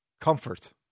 comfort